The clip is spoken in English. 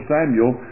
Samuel